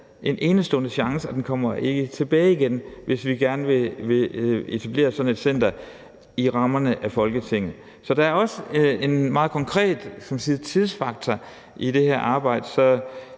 en enestående chance, og den kommer ikke tilbage igen – hvis vi gerne vil etablere sådan et center i Folketingets rammer. Så der er også en meget konkret tidsfaktor i forhold til det